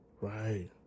Right